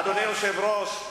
אדוני היושב-ראש,